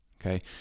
okay